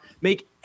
Make